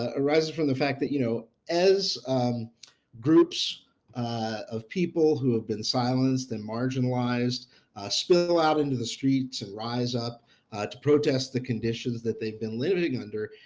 ah arises from the fact that, you know, as groups of people who have been silenced and marginalized spill out into the streets and rise up to protest the conditions that they've been living under,